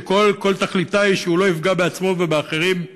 שכל תכליתו היא שהוא לא יפגע בעצמו ובאחרים.